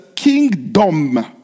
kingdom